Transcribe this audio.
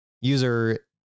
User